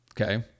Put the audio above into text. Okay